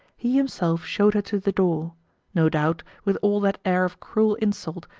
he himself shewed her to the door no doubt, with all that air of cruel insult,